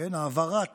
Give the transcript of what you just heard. העברת